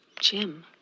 Jim